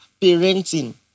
parenting